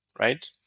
Right